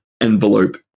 envelope